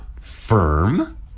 firm